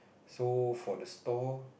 so for the store